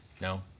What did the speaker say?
no